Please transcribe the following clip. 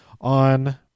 on